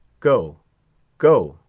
go go!